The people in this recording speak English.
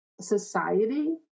society